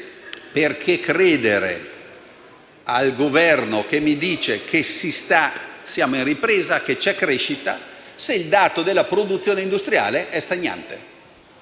credere al Governo quando afferma che siamo in ripresa, che c'è crescita, se il dato della produzione industriale è stagnante.